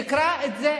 תקרא את זה.